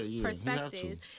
perspectives